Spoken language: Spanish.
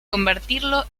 convertirlo